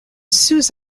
sous